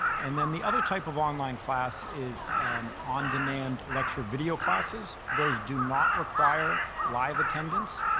and then the other type of online class is on-demand lecture video classes. those do not require live attendance.